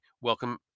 welcome